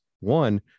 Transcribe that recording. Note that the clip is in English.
One